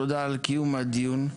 תודה על קיום הדיון,